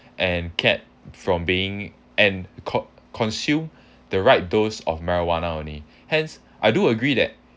and kept from being and co~ consume the right dose of marijuana only hence I do agree that